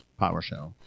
PowerShell